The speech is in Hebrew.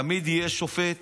תמיד יהיה שופט